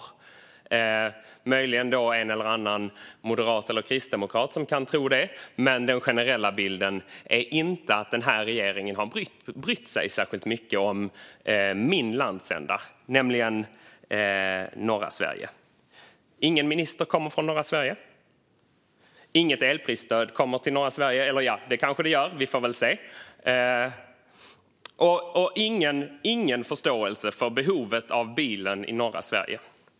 Det är möjligen en eller annan moderat eller kristdemokrat som kan tro det, men den generella bilden är inte att denna regering har brytt sig särskilt mycket om min landsända: norra Sverige. Ingen minister kommer från norra Sverige. Inget elprisstöd kommer till norra Sverige, eller det kanske det gör - vi får väl se. Och det finns ingen förståelse för behovet av bilen i norra Sverige.